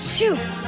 Shoot